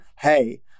hey